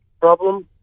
problem